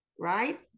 right